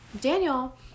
Daniel